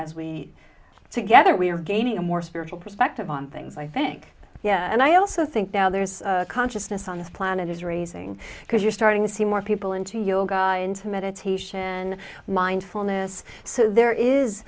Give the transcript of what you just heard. as we together we are gaining a more spiritual perspective on things i think yeah and i also think that there is consciousness on this planet is raising because you're starting to see more people into yoga into meditation